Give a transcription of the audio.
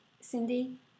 Cindy